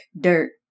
dirt